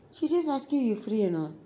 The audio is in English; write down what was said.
she just ask you if you free or not